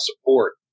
support